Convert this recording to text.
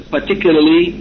particularly